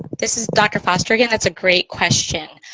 this is dr. foster again. that's a great question.